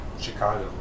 Chicago